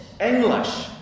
English